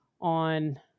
on